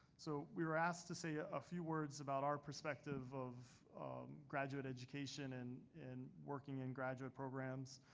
so we were asked to say a few words about our perspective of graduate education and and working in graduate programs.